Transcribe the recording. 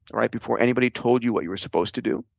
right, before anybody told you what you were supposed to do?